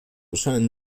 scheinen